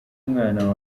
umwana